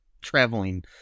traveling